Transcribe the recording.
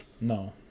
No